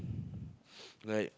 like